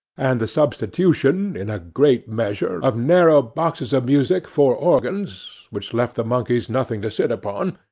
and the substitution, in a great measure, of narrow boxes of music for organs, which left the monkeys nothing to sit upon,